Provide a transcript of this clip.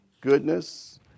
goodness